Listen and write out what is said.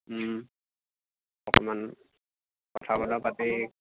অকণমান কথা বতৰা পাতি